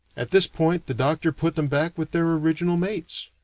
at this point, the doctor put them back with their original mates.